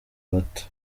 bato